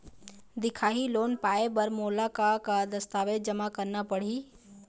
दिखाही लोन पाए बर मोला का का दस्तावेज जमा करना पड़ही?